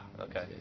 Okay